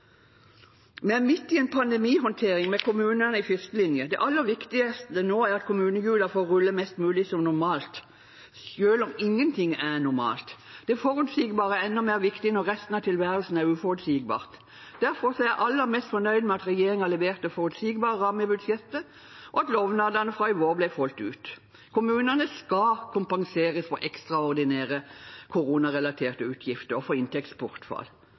midt i en pandemihåndtering med kommunene i førstelinje. Det aller viktigste nå er at kommunehjulene får rulle mest mulig som normalt, selv om ingenting er normalt. Det forutsigbare er enda mer viktig når resten av tilværelsen er uforutsigbar. Derfor er jeg aller mest fornøyd med at regjeringen leverte forutsigbare rammer i budsjettet, og at lovnadene fra i vår ble fulgt opp. Kommunene skal kompenseres for ekstraordinære koronarelaterte utgifter og for inntektsbortfall.